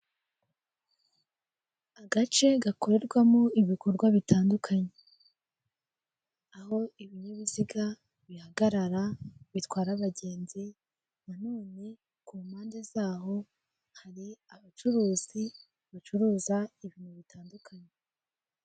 Agace gakorerwamo ibikorwa bitandukanye. Aho ibinyabiziga bihagarara bitwara abagenzi, na none ku mpande z'aho hari abacuruzi bacururiza ibintu bitandukanye.